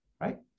right